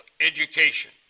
education